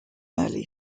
early